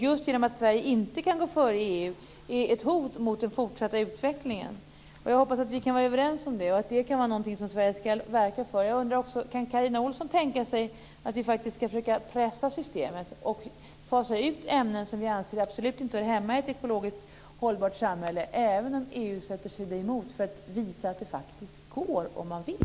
Just att Sverige inte kan gå före i EU är ett hot mot den fortsatta utvecklingen. Jag hoppas att vi kan vara överens om att det är någonting som Sverige ska verka för. Jag undrar också: Kan Carina Ohlsson tänka sig att vi faktiskt ska försöka pressa systemet och fasa ut ämnen som vi anser absolut inte hör hemma i ett ekologiskt hållbart samhälle även om EU sätter sig emot det, för att visa att det faktiskt går om man vill?